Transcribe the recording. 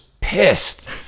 pissed